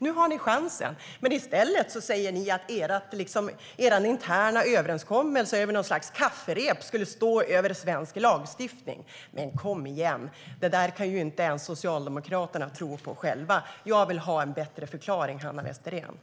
Nu har ni chansen, men i stället säger ni att er interna överenskommelse på något slags kafferep skulle stå över svensk lagstiftning.